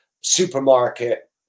supermarket